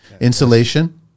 insulation